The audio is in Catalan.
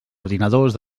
ordinadors